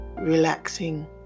relaxing